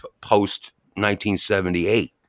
post-1978